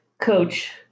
coach